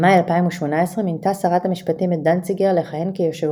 במאי 2018 מינתה שרת המשפטים את דנציגר לכהן כיושב